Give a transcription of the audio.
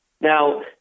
Now